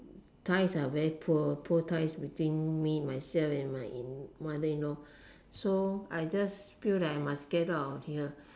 ties are very poor poor ties between me myself and my in mother in law so I just feel that I must get out of here